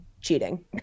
cheating